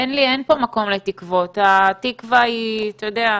אין פה מקום לתקוות, התקווה היא, אתה יודע,